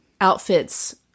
outfits